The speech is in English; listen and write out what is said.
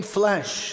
flesh